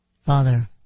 Father